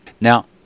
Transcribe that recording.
Now